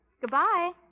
Goodbye